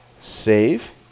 Save